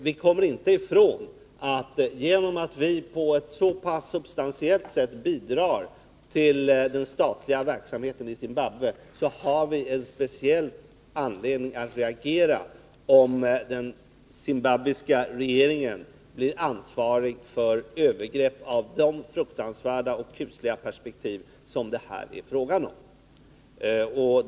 Vi kommer inte ifrån att genom att vi på ett så pass substantiellt sätt bidrar till den statliga verksamheten i Zimbabwe har vi en speciell anledning att reagera, om den zimbabwiska regeringen blir ansvarig för övergrepp med de fruktansvärda och kusliga perspektiv som det här är fråga om.